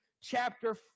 chapter